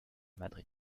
madrid